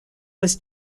was